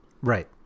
Right